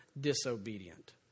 disobedient